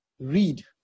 read